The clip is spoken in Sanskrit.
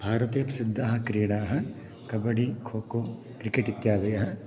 भारते प्रसिद्धाः क्रीडाः कबड्डी खोखो क्रिकेट् इत्यादयः